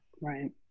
Right